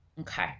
Okay